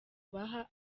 baha